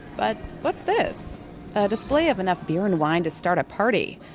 but what's this? a display of enough beer and wine to start a party.